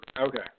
Okay